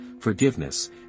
forgiveness